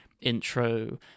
intro